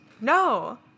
no